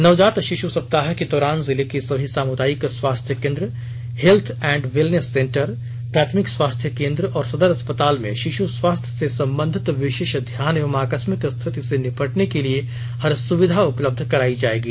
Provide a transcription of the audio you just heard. नवजात शिश् सप्ताह के दौरान जिले के सभी समुदायिक स्वास्थ्य केन्द्र हेत्थ एण्ड वेलनेस सेटर प्राथमिक स्वास्थ्य केन्द्र और सदर अस्पताल में शिश स्वास्थ्य से संबंधित विशेष ध्यान एवं आकस्मिक स्थिति से निपटने के लिए हर सुविधा उपलब्ध कराई जायेगी